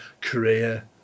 Korea